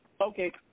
Okay